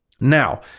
Now